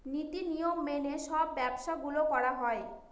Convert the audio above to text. নীতি নিয়ম মেনে সব ব্যবসা গুলো করা হয়